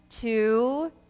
two